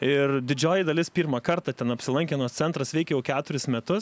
ir didžioji dalis pirmą kartą ten apsilankė nors centras veikia jau keturis metus